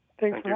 Thanks